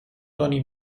tony